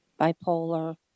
bipolar